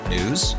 News